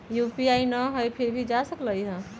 UPI न हई फिर भी जा सकलई ह?